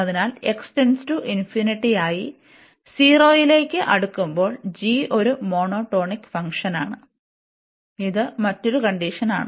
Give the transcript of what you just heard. അതിനാൽ ആയി 0 ലേക്ക് അടുക്കുമ്പോൾ g ഒരു മോണോടോണിക് ഫംഗ്ഷനാണ് ഇത് മറ്റൊരു കണ്ടിഷനാണ്